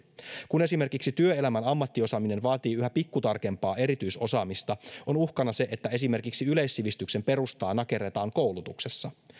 kun esimerkiksi työelämän ammattiosaaminen vaatii yhä pikkutarkempaa erityisosaamista on uhkana se että esimerkiksi yleissivistyksen perustaa nakerretaan koulutuksessa